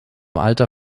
alter